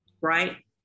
Right